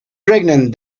pregnant